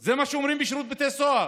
זה מה שאומרים בשירות בתי הסוהר,